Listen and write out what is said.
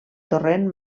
torrent